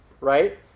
right